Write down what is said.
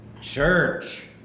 church